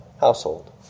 household